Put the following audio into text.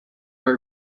our